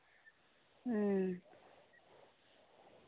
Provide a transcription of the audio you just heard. ᱦᱩᱸ